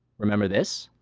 remember this?